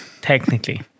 technically